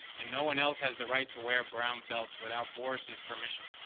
and no one else has the right to wear brown belts without boris's permission.